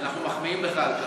אנחנו מחמיאים לך על כך.